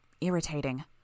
Irritating